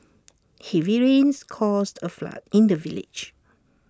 heavy rains caused A flood in the village